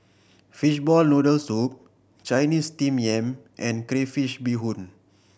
fishball noodle soup Chinese steam yam and crayfish beehoon